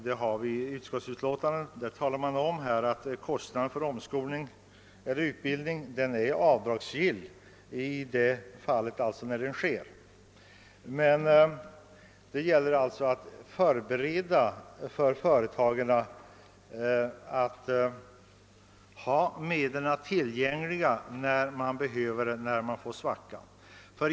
Det sägs i utskottsbetänkandet att kostnaderna för utbildning och omskolning enligt gällande skattelagstiftning är avdragsgill när utgifterna görs. Det gäller emellertid för företagen att se till att medel finns tillgängliga när det uppstår en svacka i konjunkturen.